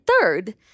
third